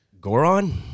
Goron